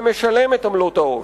ומשלם את עמלות העו"ש.